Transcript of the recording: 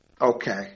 okay